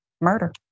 murder